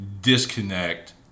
disconnect